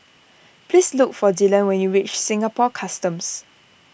please look for Dillan when you reach Singapore Customs